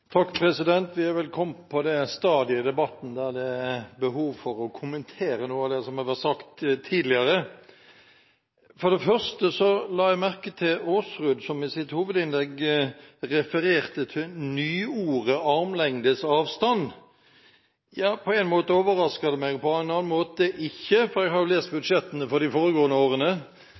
Vi er vel kommet til det stadiet i debatten der det er behov for å kommentere noe av det som har vært sagt tidligere. For det første la jeg merke til representanten Aasrud, som i sitt hovedinnlegg refererte til nyordet «armlengdes avstand». Ja, på en måte overrasker det meg og på en annen måte ikke, for jeg har jo lest budsjettene for de foregående årene.